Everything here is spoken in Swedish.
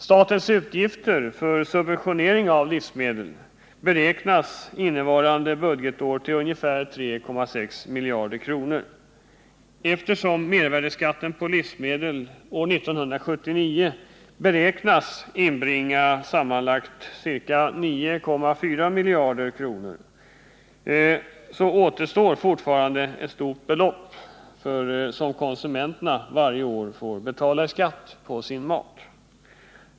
Statens utgifter för subvention av livsmedel beräknas innevarande budgetår till ungefär 3,6 miljarder kronor. Eftersom mervärdeskatten på livsmedel år 1979 beräknas inbringa sammanlagt ca 9,4 miljarder kronor, återstår fortfarande ett stort belopp som konsumenterna varje år får betala i skatt på sin mat.